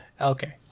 Okay